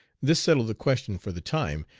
this settled the question for the time,